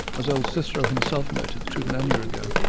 as old cicero himself noted two millennia ago.